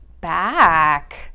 back